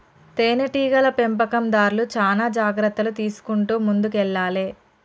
తేనె టీగల పెంపకందార్లు చానా జాగ్రత్తలు తీసుకుంటూ ముందుకెల్లాలే